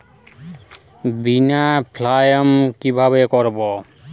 বিমা ক্লেম কিভাবে করব?